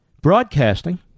broadcasting